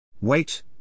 Wait